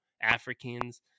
Africans